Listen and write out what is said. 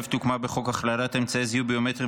המשותפת הוקמה בחוק הכללת אמצעי זיהוי ביומטריים